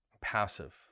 passive